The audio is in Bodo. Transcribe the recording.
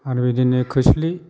आरो बिदिनो खोस्लि